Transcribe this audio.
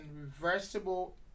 reversible